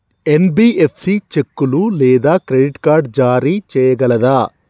NBFC చెక్కులు లేదా credit card జారీ చేయగలదా?